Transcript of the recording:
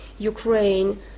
Ukraine